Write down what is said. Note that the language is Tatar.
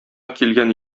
килгән